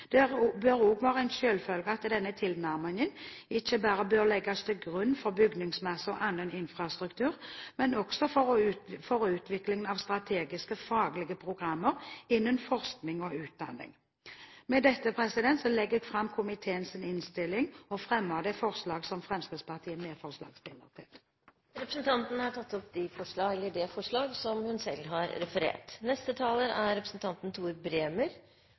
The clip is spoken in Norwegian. Det bør også være en selvfølge at denne tilnærmingen ikke bare legges til grunn for bygningsmasse og annen infrastruktur, men også for utvikling av strategiske faglige programmer innen forskning og utdanning. Med dette legger jeg fram komiteens innstilling og fremmer det forslaget som Fremskrittspartiet er medforslagsstiller til. Representanten Bente Thorsen har tatt opp det forslaget hun refererte til. Saksordføraren har gått gjennom saka på ein god måte. Eg trur alle partia i denne salen har